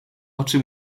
oczy